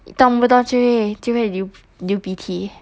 动不动就会就会流鼻涕